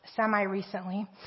semi-recently